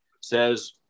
says